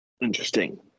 Interesting